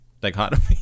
dichotomy